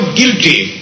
guilty